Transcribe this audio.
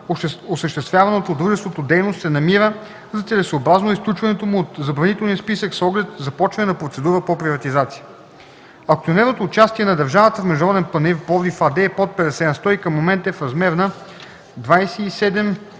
осъществяваната от дружеството дейност се намира за целесъобразно изключването му от забранителния списък с оглед започване на процедура по приватизация. Акционерното участие на държавата в „Международен панаир – Пловдив” АД е под 50 на сто и в момента е в размер на 27 млн.